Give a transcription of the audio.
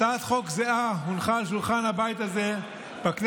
הצעת חוק זהה הונחה על שולחן הבית הזה בכנסת